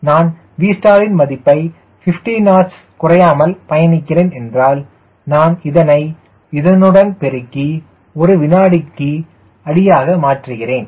நான் Vstall யின் மதிப்பை 50 knots குறையாமல் பயணிக்கிறேன் என்றால் நான் இதனை இதனுடன் பெருக்கி ஒரு வினாடிக்கு அடியாக மாற்றுகிறேன்